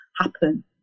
happen